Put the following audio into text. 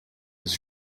his